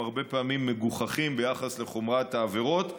הרבה פעמים מגוחכים ביחס לחומרת העבירות.